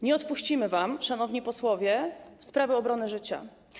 Nie odpuścimy wam, szanowni posłowie, sprawy obrony życia.